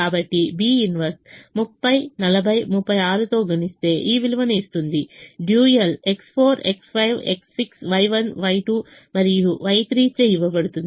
కాబట్టి B 1 30 40 36 తో గుణిస్తే ఈ విలువను ఇస్తుంది dual X4 X5 X6 Y1 Y2 మరియు Y3 చే ఇవ్వబడుతుంది